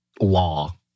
law